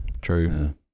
True